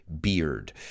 beard